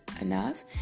enough